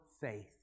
faith